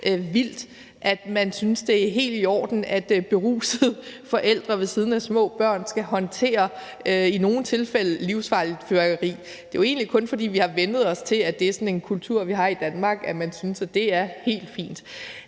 vildt, at man synes, det er helt i orden, at berusede forældre ved siden af små børn skal håndtere i nogle tilfælde livsfarligt fyrværkeri. Det er jo egentlig kun, fordi vi har vænnet os til, at det er sådan en kultur, vi har i Danmark, at vi synes, at det er helt fint.